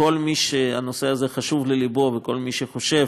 כל מי שהנושא הזה חשוב ללבו, וכל מי שחושב